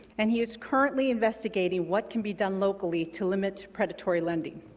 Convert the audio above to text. and he is currently investigating what can be done locally to limit predatory lending.